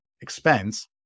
expense